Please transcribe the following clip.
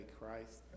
Christ